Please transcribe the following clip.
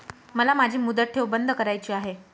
मला माझी मुदत ठेव बंद करायची आहे